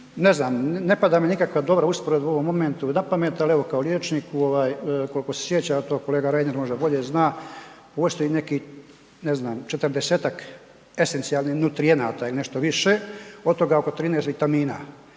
Ne znam, ne pada mi nikakva dobra usporedba u ovom momentu napamet, ali evo, kao liječnik, koliko se sjećam, to kolega .../Govornik se ne razumije./... možda bolje zna, postoji nekih, ne znam, 40-tak esencijalnih nutrijenata ili nešto više, od toga oko 13 vitamina.